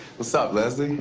what's up, leslie?